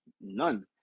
None